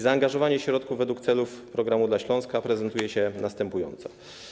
Zaangażowanie środków wg celów programu dla Śląska prezentuje się następująco.